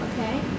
Okay